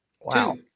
Wow